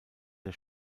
der